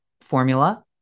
formula